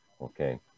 okay